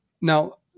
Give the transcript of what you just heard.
now